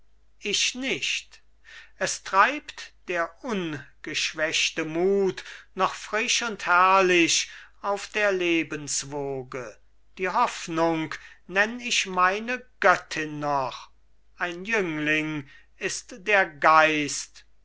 ich nicht es treibt der ungeschwächte mut noch frisch und herrlich auf der lebenswoge die hoffnung nenn ich meine göttin noch ein jüngling ist der geist